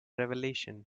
revelation